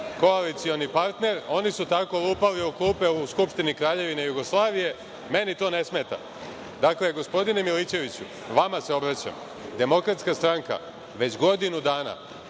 koalicioni partner, oni su tako lupali o klupe u Skupštini Kraljevine Jugoslavije, meni to ne smeta. Dakle, gospodine Milićeviću, vama se obraćam, DS već godinu dana